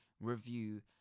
review